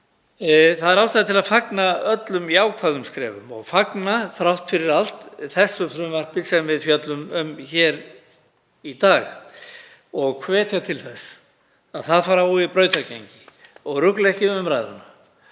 er til að fagna öllum jákvæðum skrefum og fagna þrátt fyrir allt því frumvarpi sem við fjöllum um hér í dag og hvetja til þess að það fái brautargengi og rugla því ekki við umræðuna